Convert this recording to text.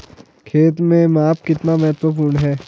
खेत में माप कितना महत्वपूर्ण है?